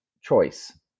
choice